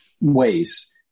ways